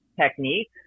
technique